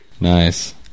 Nice